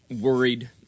worried